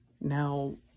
now